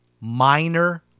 minor